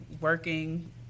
working